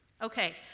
Okay